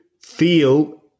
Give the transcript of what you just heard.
feel